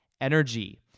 Energy